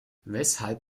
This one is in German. weshalb